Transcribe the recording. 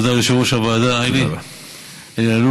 תודה ליושב-ראש הוועדה אלי אלאלוף.